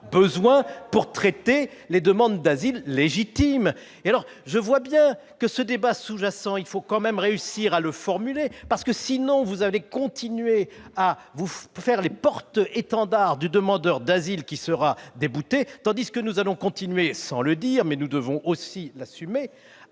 besoin pour traiter les demandes d'asile légitimes ! Vous n'avez pas lu l'amendement ! Ce débat sous-jacent, il faut quand même réussir à le formuler ; sinon, vous allez continuer à vous faire les porte-étendards du demandeur d'asile qui sera débouté, tandis que nous allons continuer, sans le dire- mais nous devons aussi l'assumer